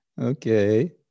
Okay